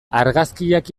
argazkiak